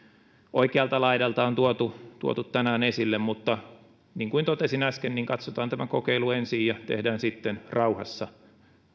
oikealta laidalta on tuotu tuotu tänään esille mutta niin kuin totesin äsken katsotaan tämä kokeilu ensin ja tehdään sitten rauhassa